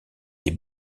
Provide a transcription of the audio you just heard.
des